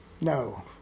No